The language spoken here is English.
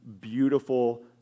beautiful